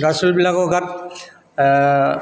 ল'ৰা ছোৱালীবিলাকৰ গাত